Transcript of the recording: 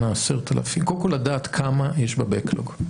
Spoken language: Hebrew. קודם כל לדעת כמה יש ב-backlog,